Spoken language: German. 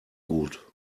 gut